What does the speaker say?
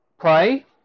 play